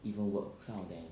even work some of them